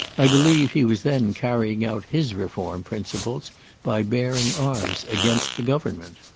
i believe he was then carrying out his reform principles by bearing arms against the government.